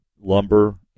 Lumber